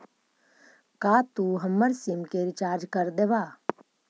का तू हमर सिम के रिचार्ज कर देबा